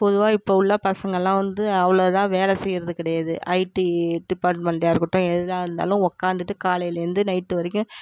பொதுவாக இப்போ உள்ள பசங்கள் எல்லாம் வந்து அவ்வளோ இதாக வேலை செய்றது கிடையாது ஐடி டிப்பார்ட்டுமெண்ட்டாக இருக்கட்டும் எதாக இருந்தாலும் உட்காந்துட்டு காலையிலேருந்து நைட்டு வரைக்கும்